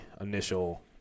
initial